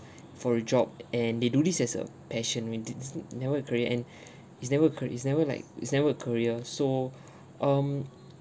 for a job uh and they do this as a passion we dis~ never a career and it's never a ca~ it's never like it's never a career so um